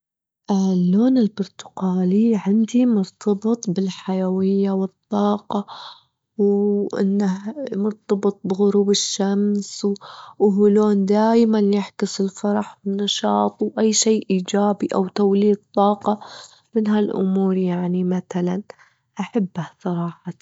اللون البرتقالي عندي مرتبط بالحيوية والطاقة، وإنه مرتبط بغروب الشمس، وهو لون دايمًا يعكس الفرح والنشاط وأي شي إيجابي أو توليد طاقة من ها الأمور يعني متلًا، أحبه بصراحة.